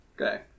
Okay